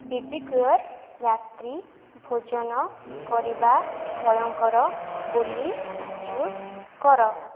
ବିବିକ୍ୟୁର ରାତ୍ରୀ ଭୋଜନ କରିବା ଭୟଙ୍କର ବୋଲି ଟ୍ୱିଟ୍ କର